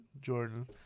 Jordan